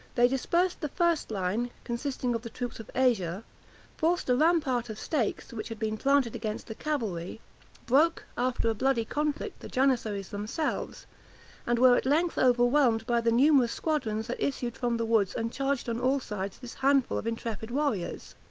they dispersed the first line, consisting of the troops of asia forced a rampart of stakes, which had been planted against the cavalry broke, after a bloody conflict, the janizaries themselves and were at length overwhelmed by the numerous squadrons that issued from the woods, and charged on all sides this handful of intrepid warriors.